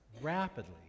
rapidly